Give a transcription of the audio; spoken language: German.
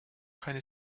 keine